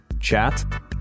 chat